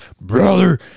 brother